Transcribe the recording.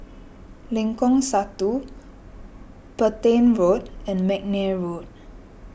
Lengkong Satu Petain Road and McNair Road